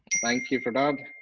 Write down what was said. thank you for that.